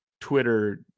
Twitter